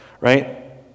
right